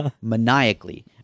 maniacally